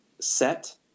set